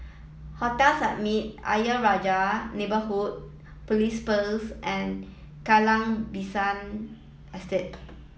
Hotel Summit Ayer Rajah Neighbourhood Police Post and Kallang Basin Estate